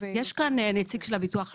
יש כאן נציג של הביטוח הלאומי?